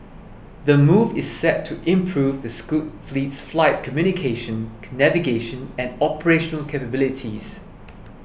the move is set to improve the scoot fleet's fly communication navigation and operational capabilities